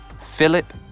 Philip